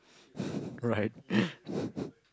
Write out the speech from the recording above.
right